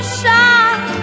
shine